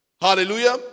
Hallelujah